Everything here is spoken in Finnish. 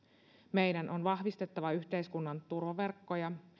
meidän on vahvistettava yhteiskunnan turvaverkkoja